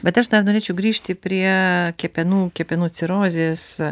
bet aš dar norėčiau grįžti prie kepenų kepenų cirozės